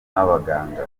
n’abaganga